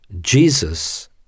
Jesus